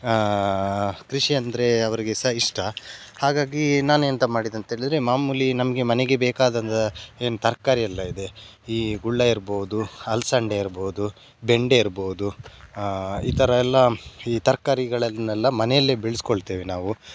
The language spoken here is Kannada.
ಕೃಷಿ ಅಂದರೆ ಅವರಿಗೆ ಸಹ ಇಷ್ಟ ಹಾಗಾಗಿ ನಾನು ಎಂಥ ಮಾಡಿದೆ ಅಂತ ಹೇಳಿದ್ರೆ ಮಾಮೂಲಿ ನಮಗೆ ಮನೆಗೆ ಬೇಕಾದಂಥ ಏನು ತರಕಾರಿ ಎಲ್ಲ ಇದೆ ಈ ಗುಳ್ಳ ಇರ್ಬಹುದು ಅಲಸಂದೆ ಇರ್ಬಹುದು ಬೆಂಡೆ ಇರ್ಬಹುದು ಈ ಥರ ಎಲ್ಲ ಈ ತರಕಾರಿಗಳನ್ನೆಲ್ಲ ಮನೆಯಲ್ಲೆ ಬೆಳೆಸ್ಕೊಳ್ತೇವೆ ನಾವು